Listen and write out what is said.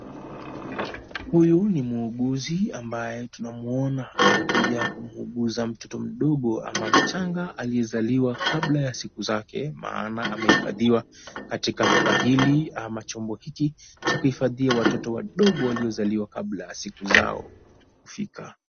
Huyu ni muuguzi ambaye tunamuona amekuja kumuuguza mtoto mdogo ama mchanga aliyezaliwa kabla ya siku zake maana amehifadhiwa katika pipa hili ama chombo hiki cha kuhifadhia watoto wadogo wanaozaliwa kabla siku zao kufika.